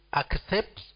accept